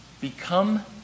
become